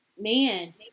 Man